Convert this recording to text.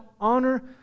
honor